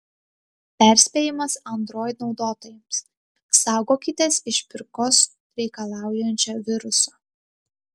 perspėjimas android naudotojams saugokitės išpirkos reikalaujančio viruso